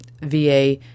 VA